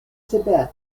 tibet